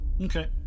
Okay